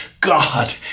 God